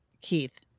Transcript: Keith